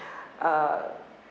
uh